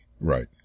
Right